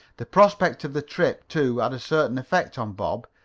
the prospect of the trip, too, had a certain effect on bob.